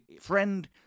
friend